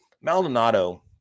Maldonado